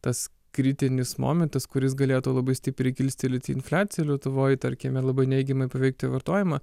tas kritinis momentas kuris galėtų labai stipriai kilstelėti infliaciją lietuvoj tarkime labai neigiamai paveikti vartojimą